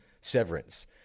severance